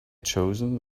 chosen